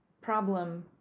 problem